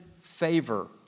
favor